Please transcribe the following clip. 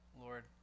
Lord